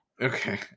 Okay